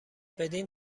بدین